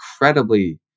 incredibly